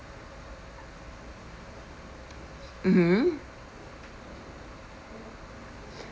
mmhmm